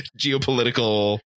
geopolitical